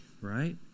right